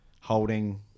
holding